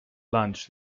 lunch